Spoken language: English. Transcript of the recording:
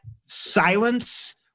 silence